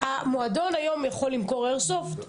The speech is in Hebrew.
- המועדון היום יכול למכור איירסופט?